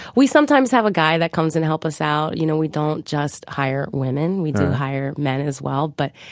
we sometimes have a guy that comes in to help us out. you know, we don't just hire women, we do hire men as well. but,